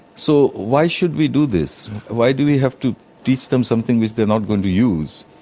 so why should we do this? why do we have to teach them something which they are not going to use?